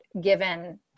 given